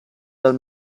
dal